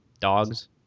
dogs